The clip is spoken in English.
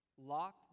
locked